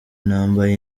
nambaye